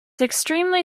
extremely